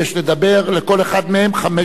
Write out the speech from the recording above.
לכל אחד מהם חמש דקות מלאות.